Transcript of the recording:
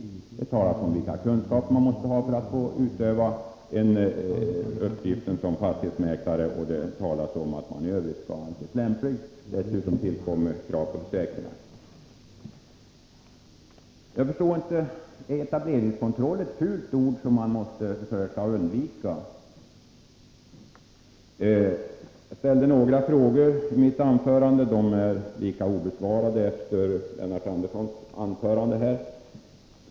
Det talas om vilka kunskaper man måste ha för att få utöva fastighetsmäklaryrket och att man i övrigt skall anses lämplig för uppgiften. Dessutom tillkommer krav på försäkringar. Är då etableringskontroll ett fult ord som bör undvikas? Jag ställde några frågor i mitt anförande, men de är lika obesvarade efter Lennart Anderssons inlägg.